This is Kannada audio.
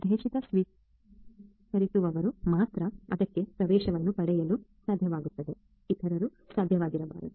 ಉದ್ದೇಶಿತ ಸ್ವೀಕರಿಸುವವರು ಮಾತ್ರ ಅದಕ್ಕೆ ಪ್ರವೇಶವನ್ನು ಪಡೆಯಲು ಸಾಧ್ಯವಾಗುತ್ತದೆ ಇತರರು ಸಾಧ್ಯವಾಗಬಾರದು